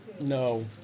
No